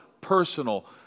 personal